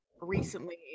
recently